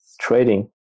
trading